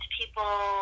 people